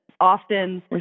often